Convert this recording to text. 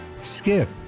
Skip